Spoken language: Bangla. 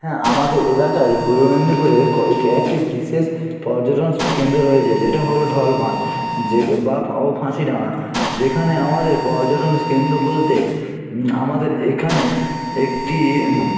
হ্যাঁ আমাদের এলাকায় পূর্ব মেদিনীপুরে একটি বিশেষ পর্যটন কেন্দ্র রয়েছে যেটা হল ঢলবাঁধ যে বা ও ফাঁসিডাঙ্গা যেখানে আমাদের পর্যটন কেন্দ্র বলতে আমাদের এখানে একটি